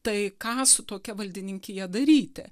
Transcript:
tai ką su tokia valdininkija daryti